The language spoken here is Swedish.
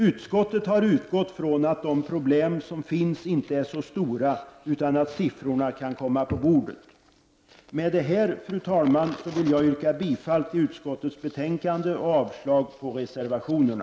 Utskottet har utgått från att de problem som finns inte är så stora, utan siffrorna kan komma på bordet. Med detta, fru talman, vill jag yrka bifall till utskottets hemställan och avslag på reservationerna.